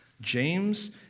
James